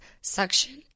suction